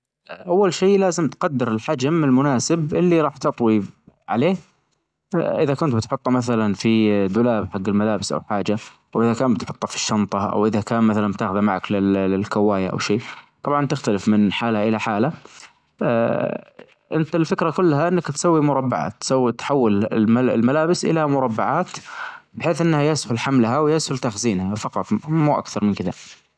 أ أول شي لازم تقدر الحچم المناسب اللي راح تطوي عليه، أ إذا كنت بتحطه مثلا في دولاب حج الملابس أو حاچة، وإذا كان بتحطها في الشنطة أو إذا كان مثلا بتاخذه معك للكواية أو شي، طبعا تختلف من حالة إلى حالة، الفكرة كلها انك تسوي مربع تسوي تحول ال-الملابس إلى مربعات بحيث أنها يسهل حملها ويسهل تخزينها فقط مو أكثر من كدا.